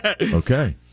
Okay